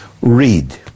Read